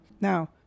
Now